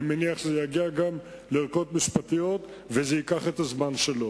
אני מניח שזה יגיע גם לערכאות משפטיות וזה ייקח את הזמן שלו.